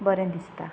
बरें दिसता